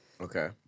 Okay